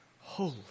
Holy